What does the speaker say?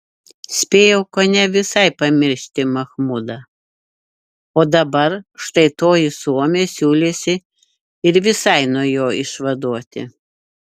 spėjau kone visai pamiršti machmudą o dabar štai toji suomė siūlėsi ir visai nuo jo išvaduoti